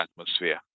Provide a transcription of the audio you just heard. atmosphere